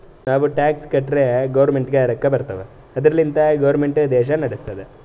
ನಾವು ಟ್ಯಾಕ್ಸ್ ಕಟ್ಟುರೇ ಗೌರ್ಮೆಂಟ್ಗ ರೊಕ್ಕಾ ಬರ್ತಾವ್ ಅದುರ್ಲಿಂದೆ ಗೌರ್ಮೆಂಟ್ ದೇಶಾ ನಡುಸ್ತುದ್